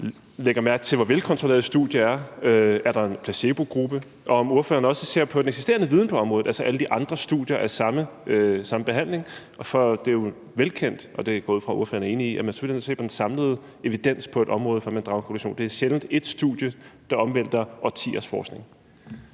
lægger mærke til, hvor velkontrolleret et studie er, om der er en placebogruppe, og om ordføreren også ser på den eksisterende viden på området, altså alle de andre studier af samme behandling. For det er jo velkendt, og det går jeg ud fra at ordføreren er enig i, at man selvfølgelig er nødt til at se på den samlede evidens på et område, før man drager konklusioner. Det er sjældent ét studie, der omvælter årtiers forskning.